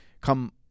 come